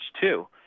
two